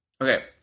Okay